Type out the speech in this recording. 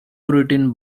written